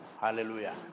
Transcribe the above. Hallelujah